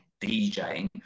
DJing